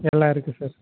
எல்லாம் இருக்கு சார்